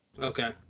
okay